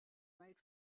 made